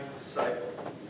disciple